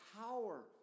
power